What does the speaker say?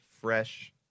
fresh